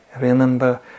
Remember